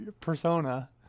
persona